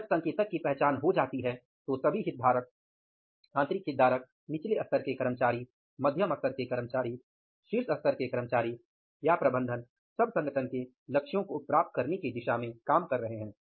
जब संकेतक की पहचान हो जाती है तो सभी हितधारक आंतरिक हितधारक निचले स्तर के कर्मचारी मध्यम स्तर के कर्मचारी शीर्ष स्तर के कर्मचारी या प्रबंधन सब संगठन के लक्ष्यों को प्राप्त करने की दिशा में काम कर रहे हैं